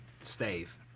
Stave